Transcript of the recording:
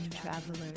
travelers